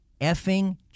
effing